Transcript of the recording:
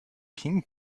ping